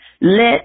let